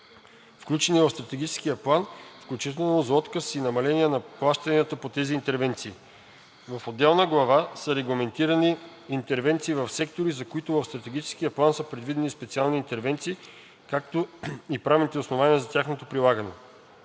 включени в Стратегическия план, включително за отказ и намаления на плащанията по тези интервенции. В отделна глава са регламентирани интервенции в сектори, за които в Стратегическия план са предвидени специални интервенции, както и правните основания за тяхното прилагане.